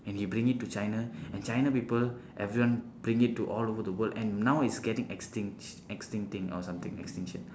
and he bring it to china and china people everyone bring it to all over the world and now it's getting extinct or something extinction